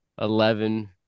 Eleven